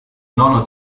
nono